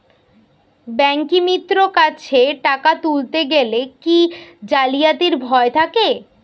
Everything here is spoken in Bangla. ব্যাঙ্কিমিত্র কাছে টাকা তুলতে গেলে কি জালিয়াতির ভয় থাকে?